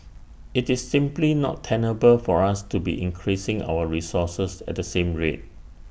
IT is simply not tenable for us to be increasing our resources at the same rate